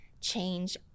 change